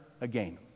again